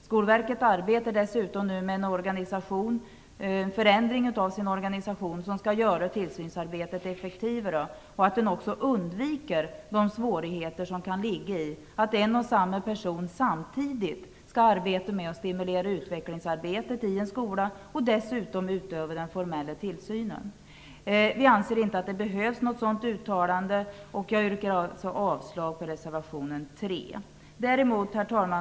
Skolverket arbetar dessutom nu med en organisationsförändring som skall göra tillsynsarbetet effektivare och undvika de svårigheter som kan ligga i att en och samma person samtidigt skall arbeta med att stimulera utvecklingsarbetet i en skola och dessutom utöva den formella tillsynen. Vi anser inte att det behövs något sådant uttalande. Jag yrkar därför avslag på reservation 3. Herr talman!